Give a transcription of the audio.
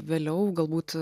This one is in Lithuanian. vėliau galbūt